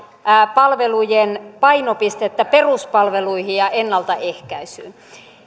palvelujen painopistettä peruspalveluihin ja ennaltaehkäisyyn